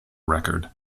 record